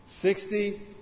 sixty